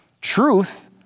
Truth